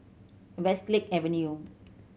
Westlake Avenue